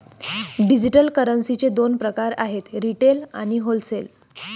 digital करन्सीचे दोन प्रकार आहेत रिटेल आणि होलसेल